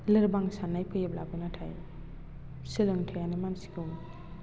लोरबां सान्नाय फैयोब्लाबो नाथाय सोलोंथाइयानो मानसिखौ